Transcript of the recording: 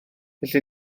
felly